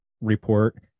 report